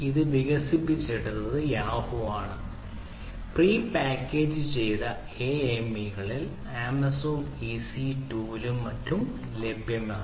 അതിനാൽ ഹഡൂപ്പ് ലും മറ്റും ലഭ്യമാണ്